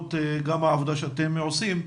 לרבות העבודה שאתם עושים,